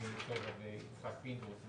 יבגני סובה ויצחק פינדרוס,